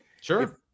sure